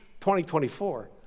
2024